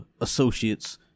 associates